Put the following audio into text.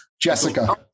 Jessica